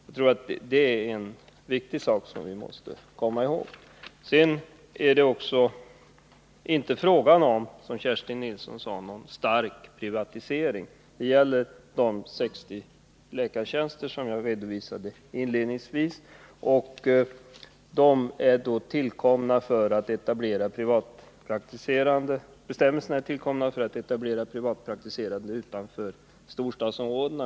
Jag tror att detta är viktigt att komma ihåg. Det är inte, som Kerstin Nilsson sade, fråga om någon stark privatisering. Det gäller de 60 läkartjänster som jag redovisade inledningsvis, och bestämmelserna har tillkommit för privatpraktikeretablering utanför storstadsområdena.